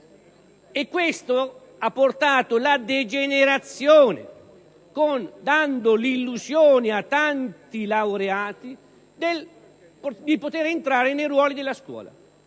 che ha creato una degenerazione, dando l'illusione a tanti laureati di poter entrare nei ruoli della scuola.